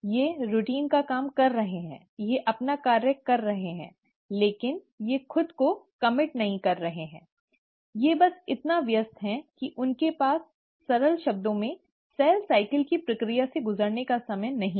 ये रूटीन का काम कर रही हैं ये अपना कार्य कर रही हैं लेकिन ये खुद को कमिट नहीं कर रही हैं ये बस इतना व्यस्त हैं कि उनके पास सरल शब्दों में सेल साइकिल की प्रक्रिया से गुजरने का समय नहीं है